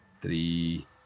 three